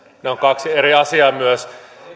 ovat kaksi eri asiaa